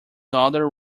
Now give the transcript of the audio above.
other